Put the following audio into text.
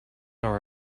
are